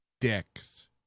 dicks